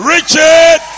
Richard